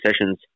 sessions